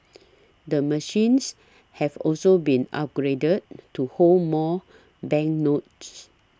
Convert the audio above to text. the machines have also been upgraded to hold more banknotes